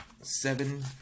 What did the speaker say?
seven